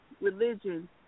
religion